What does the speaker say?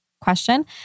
question